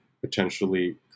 potentially